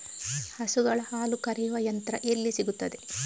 ಹಸುಗಳ ಹಾಲು ಕರೆಯುವ ಯಂತ್ರ ಎಲ್ಲಿ ಸಿಗುತ್ತದೆ?